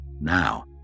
Now